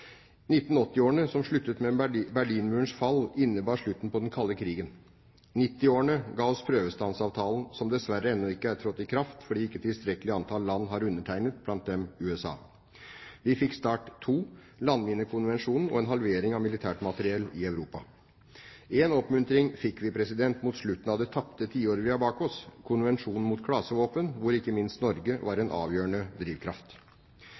som sluttet med Berlinmurens fall, innebar slutten på den kalde krigen. 1990-årene ga oss prøvestansavtalen, som dessverre ennå ikke er trådt i kraft, fordi ikke tilstrekkelig antall land har undertegnet, blant dem USA. Vi fikk START II, Landminekonvensjonen og en halvering av militært materiell i Europa. Én oppmuntring fikk vi mot slutten av det tapte tiåret vi har bak oss: Konvensjonen om forbud mot klasevåpen, hvor ikke minst Norge var en avgjørende drivkraft.